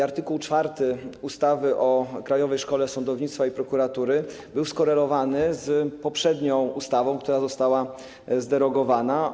Artykuł 4 ustawy o Krajowej Szkole Sądownictwa i Prokuratury był skorelowany z poprzednią ustawą, która została zderogowana.